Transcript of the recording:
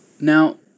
Now